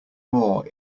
more